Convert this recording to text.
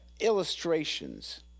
illustrations